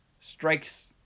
strikes